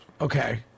Okay